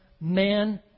man